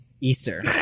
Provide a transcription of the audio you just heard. Easter